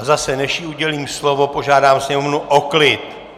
A zase, než jí udělím slovo, požádám sněmovnu o klid.